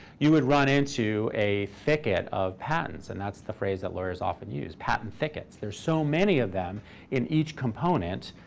you would run into a thicket of patents. and that's the phrase that lawyers often use patent thickets. there's so many of them in each component,